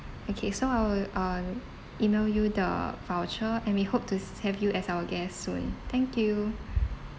okay so I will uh email you the voucher and we hope to s~ have you as our guests soon thank you